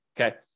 Okay